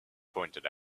pointed